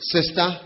Sister